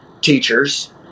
teachers